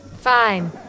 Fine